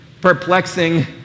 perplexing